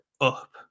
up